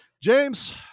James